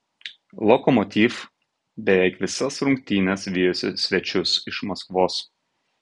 lokomotiv beveik visas rungtynes vijosi svečius iš maskvos